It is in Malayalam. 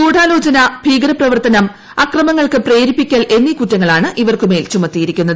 ഗുഢാലോചന ഭീകരപ്രവർത്തനം അക്രമങ്ങൾക്ക് പ്രേരിപ്പിക്കൽ എന്നീ കുറ്റങ്ങളാണ് ഇവർക്കുമേൽ ചുമത്തിയിരിക്കുന്നത്